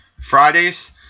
Fridays